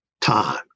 time